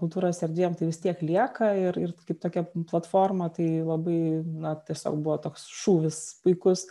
kultūros erdvėm tai vis tiek lieka ir ir kaip tokia platforma tai labai na tiesiog buvo toks šūvis puikus